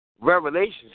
Revelations